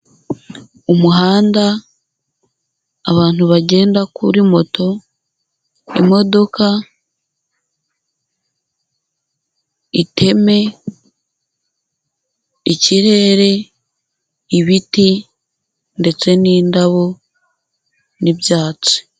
Umuhanda abantu bagenda kuri moto ,imodoka, iteme ,ikirere, ibiti ndetse n'indabo n'ibyatsi.